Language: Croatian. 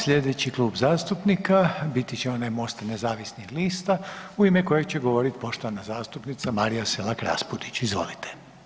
Slijedeći Klub zastupnika biti će onaj MOST-a nezavisnih lista u ime kojeg će govorit poštovana zastupnica Marija Selak Raspudić, izvolite.